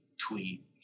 tweet